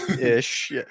ish